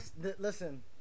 listen